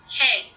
hey